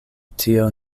tio